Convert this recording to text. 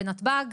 בנתב"ג,